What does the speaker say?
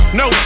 no